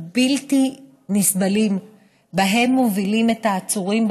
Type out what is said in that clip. הבלתי-נסבלים שבהם מובילים את העצורים,